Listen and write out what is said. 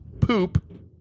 poop